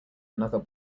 another